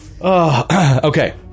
Okay